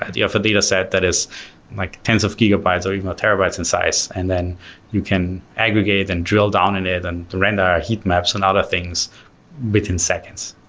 for data set that is like tens of gigabytes or even terabytes in size. and then you can aggregate and drill down in it and render heat maps and other things within seconds.